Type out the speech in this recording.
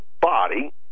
body